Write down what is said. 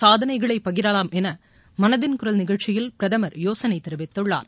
சாதனைகளை பகிரலாம் என மனதின் குரல் நிகழ்ச்சியில் பிரதமர் யோசனை தெரிவித்துள்ளார்